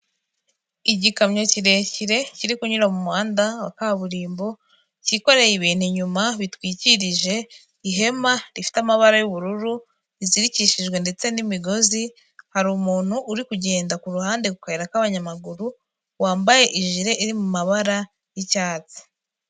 Igikamyo kirekire kiri kunyura muhanda wa kaburimbo kikoreye ibintu inyuma bitwikirije ihema rifite amabara y'ubururu rizirikishijwe ndetse n'imigozi, hari umuntu uri kugenda ku ruhande ku gahanda k'abanyamaguru wambaye ijire iri mu mabara y'icyatsi